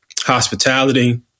hospitality